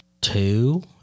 Two